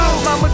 Mama